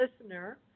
listener